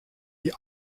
die